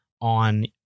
on